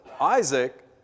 Isaac